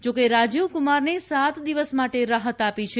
જો કે રાજીવકુમારને સાત દિવસ માટે રાહત આપી છે